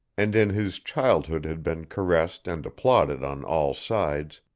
and in his childhood had been caressed and applauded on all sides,